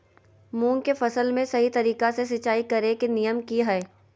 मूंग के फसल में सही तरीका से सिंचाई करें के नियम की हय?